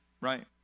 Right